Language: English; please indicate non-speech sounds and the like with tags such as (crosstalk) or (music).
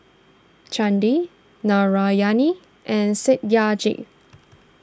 Chandi Narayana and Satyajit (noise)